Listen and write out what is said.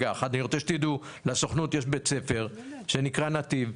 אני רוצה שתדעו, לסוכנות יש בית ספר שנקרא נתיב,